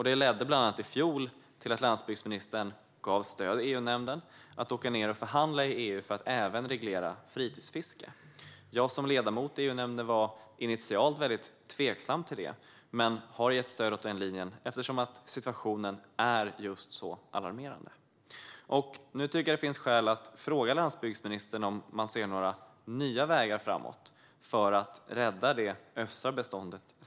Det ledde bland annat till att landsbygdsministern i fjol gavs stöd i EU-nämnden för att förhandla i EU för att reglera även fritidsfiske. Jag som är ledamot i EU-nämnden var initialt tveksam till det men har gett stöd åt den linjen eftersom situationen är just alarmerande. Nu finns det skäl att fråga landsbygdsministern om man ser några nya vägar framåt för att rädda särskilt det östra beståndet.